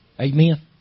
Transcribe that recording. Amen